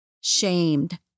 shamed